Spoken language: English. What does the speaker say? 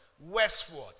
Westward